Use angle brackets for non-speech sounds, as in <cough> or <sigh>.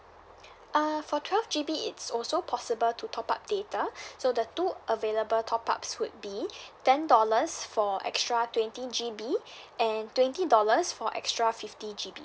uh for twelve G_B it's also possible to top up data <breath> so the two available top ups would be ten dollars for extra twenty G_B and twenty dollars for extra fifty G_B